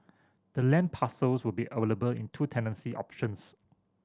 the land parcels will be available in two tenancy options